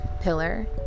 pillar